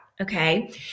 Okay